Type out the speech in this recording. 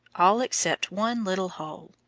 all except one little hole.